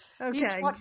Okay